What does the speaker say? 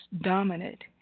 dominant